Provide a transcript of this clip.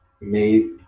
made